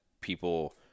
people